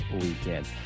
weekend